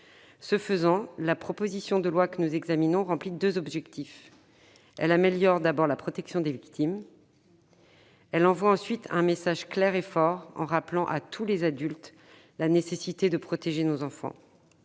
Ce faisant, la proposition de loi que nous examinons atteint deux objectifs : elle améliore la protection des victimes ; elle envoie, ensuite, un message clair et fort en rappelant à tous les adultes la nécessité de protéger les enfants.